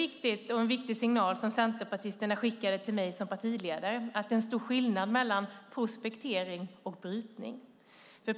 Men en viktig signal som centerpartisterna skickade till mig som partiledare är också att det är stor skillnad mellan prospektering och brytning.